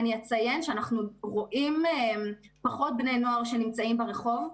בני הנוער פחות נמצאים ברחוב,